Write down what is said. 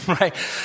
right